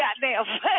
goddamn